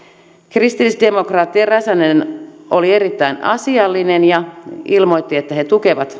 kristillisdemokraatti räsänen oli erittäin asiallinen ja ilmoitti että he tukevat